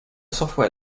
software